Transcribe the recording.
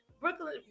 Brooklyn